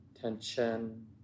tension